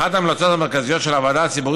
אחת ההמלצות המרכזיות של הוועדה הציבורית